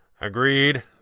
Agreed